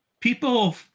People